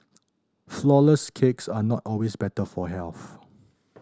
flourless cakes are not always better for health